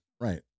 Right